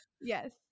Yes